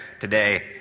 today